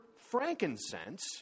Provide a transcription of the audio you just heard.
frankincense